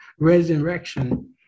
resurrection